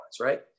right